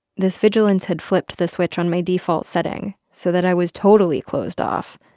this vigilance had flipped the switch on my default setting so that i was totally closed off,